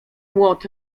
młot